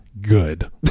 Good